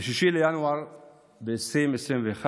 ב-6 בינואר 2021,